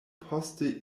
poste